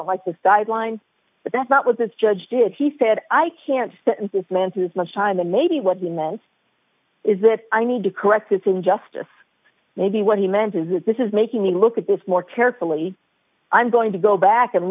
don't like the sideline but that's not what this judge did he said i can't stand this man has much time and maybe what he meant is that i need to correct this injustice maybe what he meant is that this is making me look at this more carefully i'm going to go back and